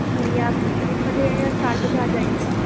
جی آپ تین بجے یا چار بجے آ جائیے گا